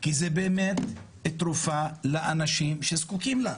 כי זאת באמת תרופה לאנשים שזקוקים לה.